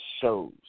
shows